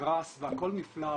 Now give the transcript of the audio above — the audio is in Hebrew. ובגראס והכל נפלא,